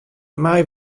mei